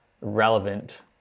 relevant